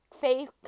faith